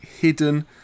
hidden